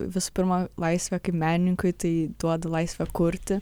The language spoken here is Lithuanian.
visų pirma laisvė kaip menininkui tai duoda laisvę kurti